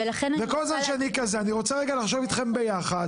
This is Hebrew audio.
וכל זמן שאני כזה אני רוצה רגע לחשוב אתכם ביחד